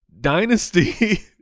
Dynasty